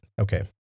okay